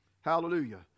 Hallelujah